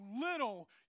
little